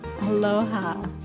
aloha